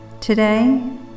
today